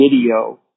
video